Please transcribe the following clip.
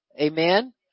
Amen